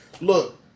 look